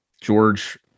George